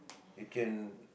you can